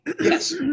Yes